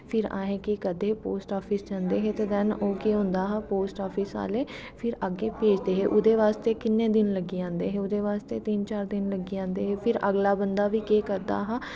फिर अस केह् करदे हे अस पोस्ट आफिस जंदे हे ते दैन्न केह् होंदा हा ओह् पोस्ट आफिस आह्ले फिर अग्गैं भेजदे हे ओह्दे बास्तै किन्नें दिन लग्गी जंदे हे ओह्दे बास्ते तिन्न चार दिन लग्गी जंदे हे फिर अगला बंदा बी केह् करदा हा